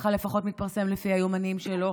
ככה לפחות מתפרסם לפי היומנים שלו.